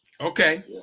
okay